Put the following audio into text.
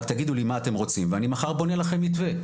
'רק תגידו לי מה אתם רוצים ואני מחר בונה לכם מתווה',